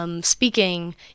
Speaking